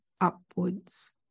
upwards